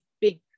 big